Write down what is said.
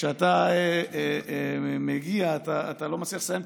כשאתה מגיע אתה לא מצליח לסיים.